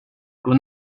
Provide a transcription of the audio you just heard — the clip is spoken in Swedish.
god